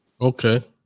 Okay